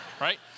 right